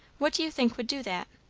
what do you think would do that?